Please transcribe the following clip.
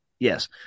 Yes